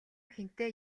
хэнтэй